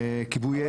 כיבוי אש,